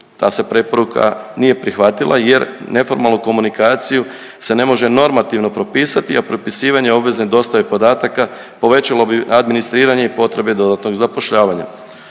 ta se preporuka nije prihvatila jer neformalnu komunikaciju se ne može normativno propisati, a propisivanje obvezne dostave podataka povećalo bi administriranje i potrebe dodatnog zapošljavanja.